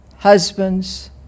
Husbands